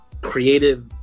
creative